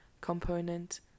component